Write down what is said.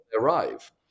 arrive